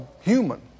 human